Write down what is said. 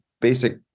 basic